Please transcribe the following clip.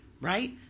right